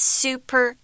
super